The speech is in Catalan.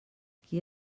qui